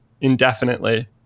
indefinitely